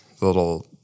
little